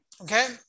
okay